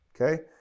Okay